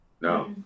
no